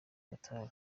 agatabi